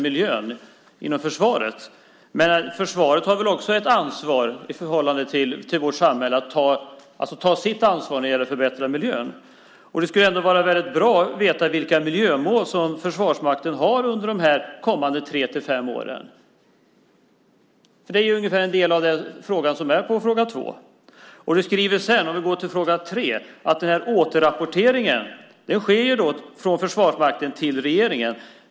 Men försvaret har väl också att i förhållande till vårt samhälle ta sitt ansvar när det gäller att förbättra miljön. Det skulle vara väldigt bra att veta vilka miljömål som Försvarsmakten har under de kommande tre-fem åren. Det är ungefär en del av det som ligger i fråga 2. När det gäller fråga 3 säger du att återrapportering sker från Försvarsmakten till regeringen.